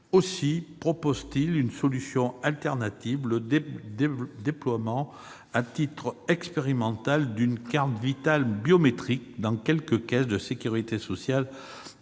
Aussi propose-t-il une solution de remplacement : le déploiement, à titre expérimental, d'une carte Vitale biométrique dans quelques caisses de sécurité sociale,